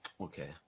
Okay